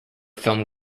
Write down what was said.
film